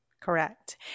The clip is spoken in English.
Correct